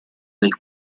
del